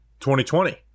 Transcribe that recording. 2020